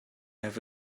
have